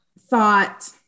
thought